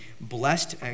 blessed